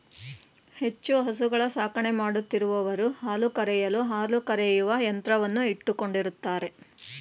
ಹೆಚ್ಚು ಹಸುಗಳ ಸಾಕಣೆ ಮಾಡುತ್ತಿರುವವರು ಹಾಲು ಕರೆಯಲು ಹಾಲು ಕರೆಯುವ ಯಂತ್ರವನ್ನು ಇಟ್ಟುಕೊಂಡಿರುತ್ತಾರೆ